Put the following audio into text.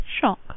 Shock